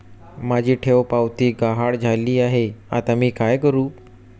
माझी ठेवपावती गहाळ झाली आहे, आता मी काय करु?